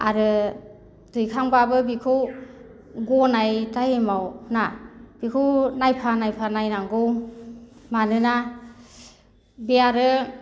आरो दैखांबाबो बेखौ गनाय टाइमाव ना बेखौ नायफा नायफा नायनांगौ मानोना बे आरो